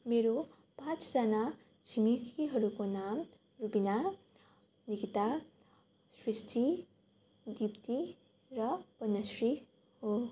मेरो पाँचजना छिमेकीहरूको नाम रुबिना निकिता सृष्टि दिप्ती र अनुश्री हो